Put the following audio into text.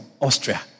Austria